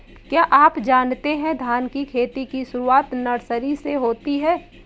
क्या आप जानते है धान की खेती की शुरुआत नर्सरी से होती है?